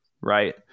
Right